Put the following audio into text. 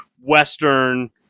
western